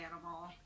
animal